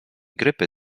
grypy